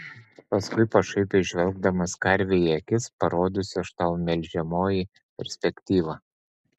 paskui pašaipiai žvelgdamas karvei į akis parodysiu aš tau melžiamoji perspektyvą